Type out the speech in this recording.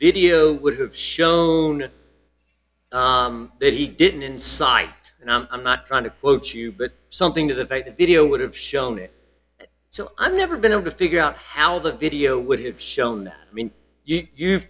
video would have shown that he didn't incite and i'm not trying to quote you but something to the fact that video would have shown it so i'm never been able to figure out how the video would have shown i mean you you